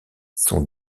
son